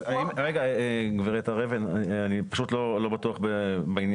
רגע, גברת הר אבן, אני פשוט לא בטוח בעניין.